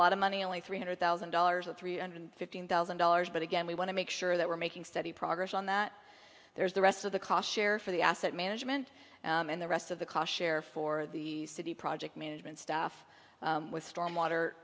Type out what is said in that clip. lot of money only three hundred thousand dollars or three hundred fifteen thousand dollars but again we want to make sure that we're making steady progress on that there's the rest of the cost share for the asset management and the rest of the cost for the city project management stuff with storm water